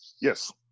yes